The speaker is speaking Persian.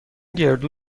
گردو